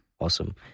Awesome